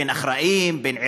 בין אחראים, בין עירייה,